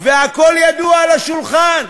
והכול ידוע, הכול על השולחן,